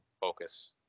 Focus